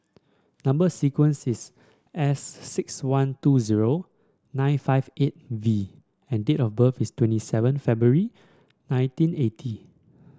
number sequence is S six one two zero nine five eight V and date of birth is twenty seven February nineteen eighty